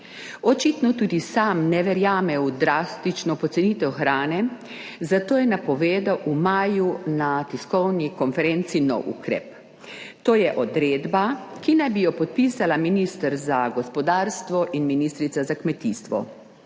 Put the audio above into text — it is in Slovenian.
Očitno tudi sam ne verjame v drastično pocenitev hrane, zato je napovedal v maju na tiskovni konferenci nov ukrep. To je odredba, ki naj bi jo podpisala minister za gospodarstvo in ministrica za kmetijstvo.